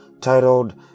titled